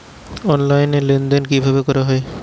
Online লেনদেন কিভাবে করা হয়?